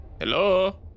Hello